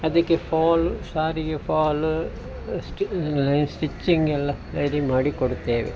ಅದಕ್ಕೆ ಫಾಲು ಸಾರಿಗೆ ಫಾಲು ಸ್ಟಿಚ್ಚಿಂಗೆಲ್ಲ ರೆಡಿ ಮಾಡಿಕೊಡುತ್ತೇವೆ